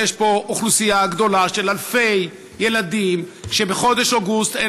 יש פה אוכלוסייה גדולה של אלפי ילדים שבחודש אוגוסט אין